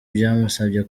byamusabye